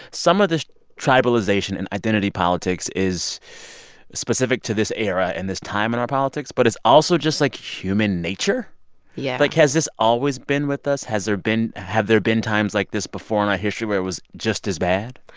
some of this tribalization in identity politics is specific to this era and this time in our politics. but it's also just, like, human nature yeah like, has this always been with us? has there been have there been times like this before in our ah history where it was just as bad?